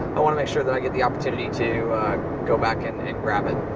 i wanna make sure that i get the opportunity to go back and grab it.